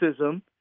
Racism